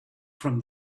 from